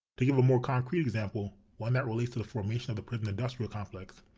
to give a more concrete example, one that relates to the formation of the prison industrial complex,